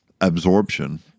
absorption